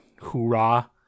Hoorah